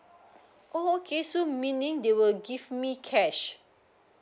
oh okay so meaning they will give me cash